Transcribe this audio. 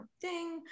ding